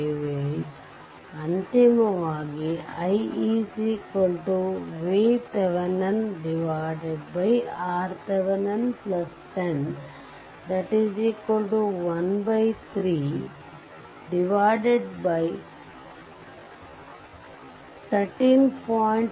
58 ಅಂತಿಮವಾಗಿ i VThevenin RThevenin 10 13 13